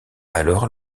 alors